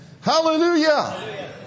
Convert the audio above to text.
Hallelujah